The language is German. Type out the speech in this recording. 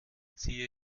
ziehe